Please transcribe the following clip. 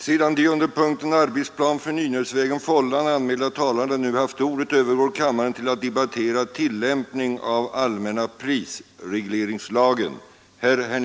Sedan de under punkten ”Arbetsplan för Nynäsvägen, Fållan” anmälda talarna nu haft ordet övergår kammaren till att debattera ”Tillämpning av allmänna prisregleringslagen”.